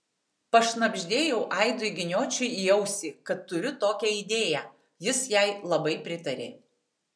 pašnabždėjau aidui giniočiui į ausį kad turiu tokią idėją jis jai labai pritarė